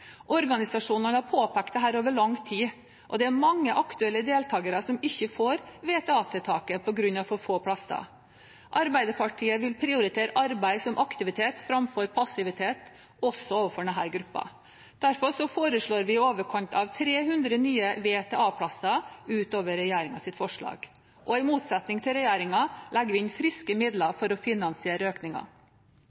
Organisasjonene har påpekt dette over lang tid. Det er mange aktuelle deltakere som ikke får VTA-tiltaket på grunn av for få plasser. Arbeiderpartiet vil prioritere arbeid som aktivitet framfor passivitet også overfor denne gruppa. Derfor foreslår vi i overkant av 300 nye VTA-plasser utover regjeringens forslag. I motsetning til regjeringen legger vi inn friske midler